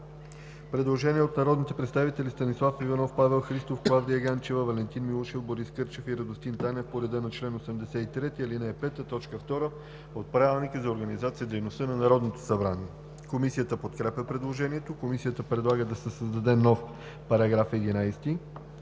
Предложение от народните представители Станислав Иванов, Павел Христов, Клавдия Ганчева, Валентин Милушев, Борис Кърчев и Радостин Танев по реда на чл. 83, ал. 5, т. 2 от Правилника за организацията и дейността на Народното събрание. Комисията подкрепя предложението. Комисията предлага да се създаде нов § 16: „§ 16.